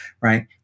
right